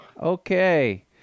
Okay